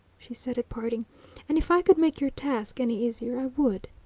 she said at parting and if i could make your task any easier. i would.